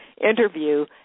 interview